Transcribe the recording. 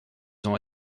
ont